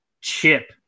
chip